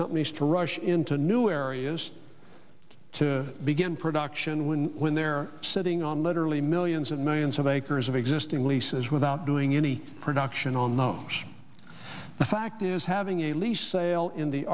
companies to rush into new areas to begin production when when they're sitting on literally millions and millions of acres of existing leases without doing any production on no the fact is having a lease sale in the